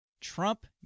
Trump